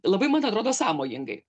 labai man atrodo sąmojingai